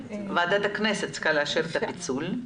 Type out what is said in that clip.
ועדת הכנסת צריכה לאשר את הפיצול.